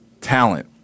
talent